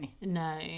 No